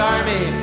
Army